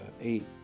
eight